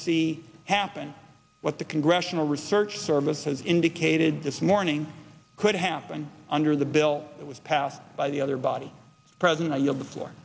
see happen what the congressional research service has indicated this morning could happen under the bill that was passed by the other body present a year before